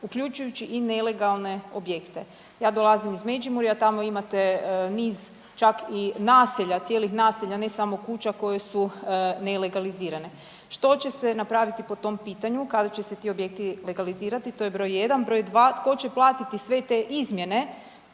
uključujući i nelegalne objekte. Ja dolazim iz Međimurja, tamo imate niz čak i naselja, cijelih naselja, ne samo kuća koje su nelegalizirane. Što će se napraviti po tom pitanju, kada će se ti objekti legalizirati, to je broj jedan. Broj dva, tko će platiti sve te izmjene